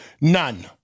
None